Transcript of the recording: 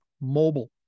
Mobile